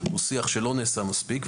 הוא שיח שלא נעשה מספיק,